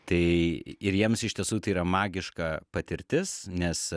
tai ir jiems iš tiesų tai yra magiška patirtis nes